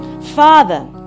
Father